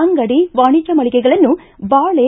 ಅಂಗಡಿ ವಾಣಿಜ್ತ ಮಳಿಗೆಗಳನ್ನು ಬಾಳೆ